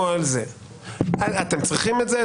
אתם צריכים את זה?